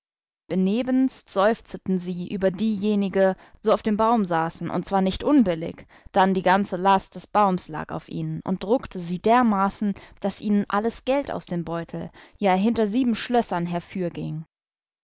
seufzeten sie über diejenige so auf dem baum saßen und zwar nicht unbillig dann die ganze last des baums lag auf ihnen und druckte sie dermaßen daß ihnen alles geld aus den beuteln ja hinter sieben schlössern